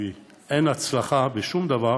כי אין הצלחה בשום דבר